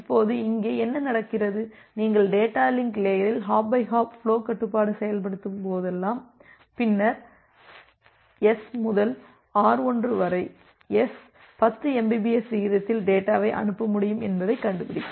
இப்போது இங்கே என்ன நடக்கிறது நீங்கள் டேட்டா லிங்க் லேயரில் ஹாப் பை ஹாப் ஃபுலோ கட்டுப்பாடு செயல்படுத்தும் போதெல்லாம் பின்னர் S முதல் R1 வரை S 10 mbps விகிதத்தில் டேட்டாவை அனுப்ப முடியும் என்பதைக் கண்டுபிடிக்கும்